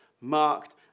marked